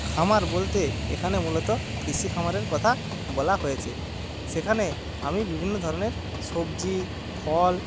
খামার বলতে এখানে মূলত কৃষি খামারের কথা বলা হয়েছে সেখানে আমি বিভিন্ন ধরনের সবজি ফল